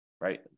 right